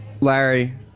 Larry